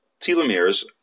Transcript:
telomeres